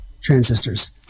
transistors